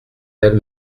elles